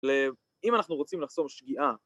אם אנחנו רוצים לחסום שגיאה,